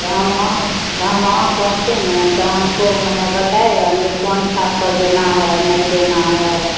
तो हम वहाँ तो हम वहाँ पहुँचेंगे तो हमको माने बताएगा मुझे कौन छाप पर देना है और नहीं देना है